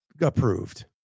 approved